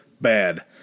bad